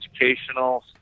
educational